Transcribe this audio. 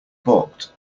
balked